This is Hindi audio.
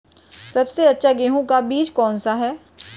सबसे अच्छा गेहूँ का बीज कौन सा है?